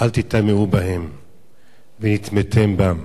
"לא תטמאו בהם ונטמתם בם".